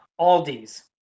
Aldi's